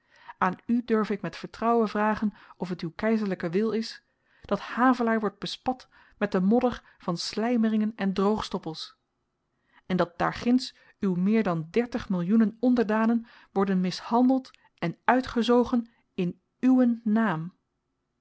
aan u durf ik met vertrouwen vragen of t uw keizerlyke wil is dat havelaar wordt bespat met den modder van slymeringen en droogstoppels en dat daarginds uw meer dan dertig millioenen onderdanen worden mishandeld en uitgezogen in uwen naam